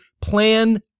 plan